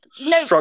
no